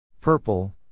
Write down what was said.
Purple